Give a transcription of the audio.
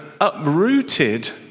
uprooted